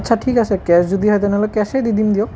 আচ্ছা ঠিক আছে কেছ যদি হয় তেনেহ'লে কেছেই দি দিম দিয়ক